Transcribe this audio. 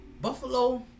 Buffalo